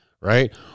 right